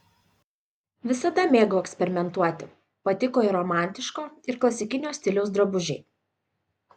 visada mėgau eksperimentuoti patiko ir romantiško ir klasikinio stiliaus drabužiai